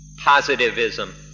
positivism